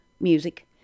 music